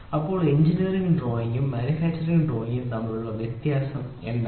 അപ്പോൾ എഞ്ചിനീയറിംഗ് ഡ്രോയിംഗും മാനുഫാക്ചറിംഗ് ഡ്രോയിംഗും തമ്മിലുള്ള വ്യത്യാസം എന്താണ്